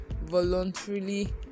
voluntarily